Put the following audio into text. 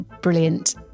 brilliant